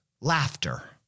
laughter